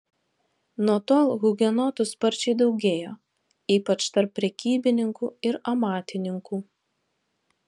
nuo tol hugenotų sparčiai daugėjo ypač tarp prekybininkų ir amatininkų